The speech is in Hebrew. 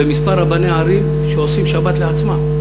וכמה רבני ערים עושים שבת לעצמם.